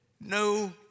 no